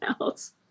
else